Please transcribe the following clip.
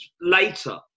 later